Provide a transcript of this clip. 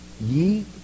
ye